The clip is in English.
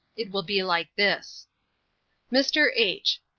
it will be like this mr. h.